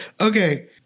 Okay